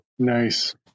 Nice